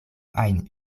ajn